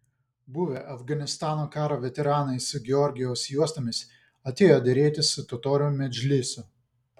buvę afganistano karo veteranai su georgijaus juostomis atėjo derėtis su totorių medžlisu